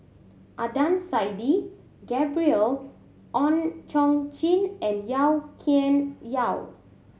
Adnan Saidi Gabriel Oon Chong Jin and Yau Tian Yau